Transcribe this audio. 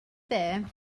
there